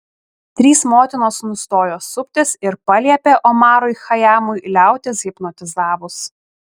trys motinos nustojo suptis ir paliepė omarui chajamui liautis hipnotizavus